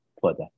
further